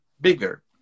bigger